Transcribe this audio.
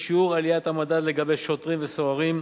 שיעור עליית המדד לגבי שוטרים וסוהרים,